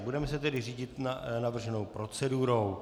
Budeme se tedy řídit navrženou procedurou.